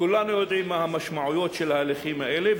וכולנו יודעים מה המשמעויות של ההליכים האלה.